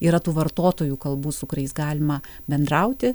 yra tų vartotojų kalbų su kuriais galima bendrauti